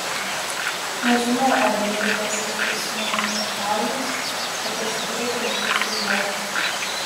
nežinau ar vytautas eitų su manimi į kalnus bet aš tikrai eičiau su juo